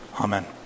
Amen